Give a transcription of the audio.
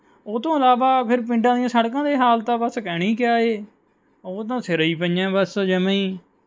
ਉਹ ਤੋਂ ਇਲਾਵਾ ਫਿਰ ਪਿੰਡਾਂ ਦੀਆਂ ਸੜਕਾਂ ਦੇ ਹਾਲਤ ਆ ਬਸ ਕਹਿਣਾ ਹੀ ਕਿਆ ਏ ਉਹ ਤਾਂ ਸਿਰਾ ਹੀ ਪਈਆਂ ਬਸ ਜਮ੍ਹਾਂ ਹੀ